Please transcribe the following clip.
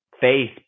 face